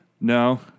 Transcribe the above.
No